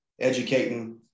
educating